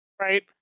Right